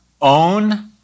Own